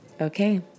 Okay